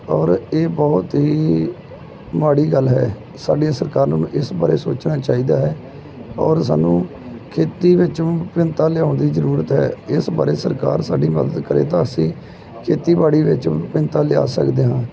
ਔਰ ਇਹ ਬਹੁਤ ਹੀ ਮਾੜੀ ਗੱਲ ਹੈ ਸਾਡੀਆਂ ਸਰਕਾਰਾਂ ਨੂੰ ਇਸ ਬਾਰੇ ਸੋਚਣਾ ਚਾਹੀਦਾ ਹੈ ਔਰ ਸਾਨੂੰ ਖੇਤੀ ਵਿੱਚ ਭਿੰਨਤਾ ਲਿਆਉਣ ਦੀ ਜ਼ਰੂਰਤ ਹੈ ਇਸ ਬਾਰੇ ਸਰਕਾਰ ਸਾਡੀ ਮਦਦ ਕਰੇ ਤਾਂ ਅਸੀਂ ਖੇਤੀਬਾੜੀ ਵਿੱਚ ਭਿੰਨਤਾ ਲਿਆ ਸਕਦੇ ਹਾਂ